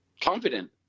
confident